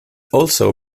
also